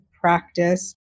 practice